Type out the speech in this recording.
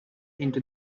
into